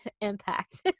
impact